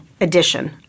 edition